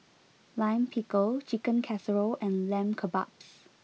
Lime Pickle Chicken Casserole and Lamb Kebabs